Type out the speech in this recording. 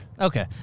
Okay